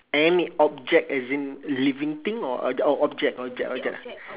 any object as in living thing or or the object object object